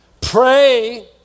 Pray